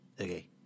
Okay